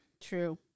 True